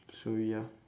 so ya